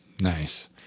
Nice